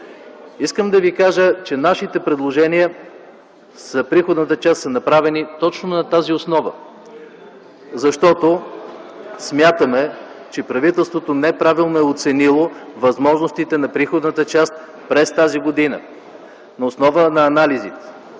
Искам да ви кажа, че нашите предложения по приходната част са направени точно на тази основа, защото смятаме, че правителството на основа на анализите неправилно е оценило възможностите на приходната част през тази година. Не може да се